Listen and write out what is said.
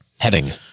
heading